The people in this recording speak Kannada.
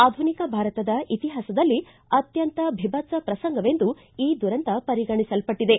ಆಧುನಿಕ ಭಾರತದ ಇತಿಹಾಸದಲ್ಲಿ ಅತ್ಯಂತ ಭೀಬತ್ನ ಪ್ರಸಂಗವೆಂದು ಈ ದುರಂತ ಪರಿಗಣಿಸಲ್ಪಟ್ಟಿದೆ